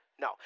No